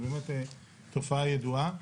זו באמת תופעה ידועה.